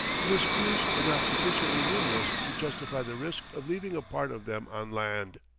but his crews were not sufficiently numerous to justify the risk of leaving a part of them on land.